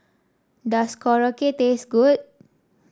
does Korokke taste good